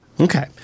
Okay